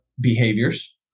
behaviors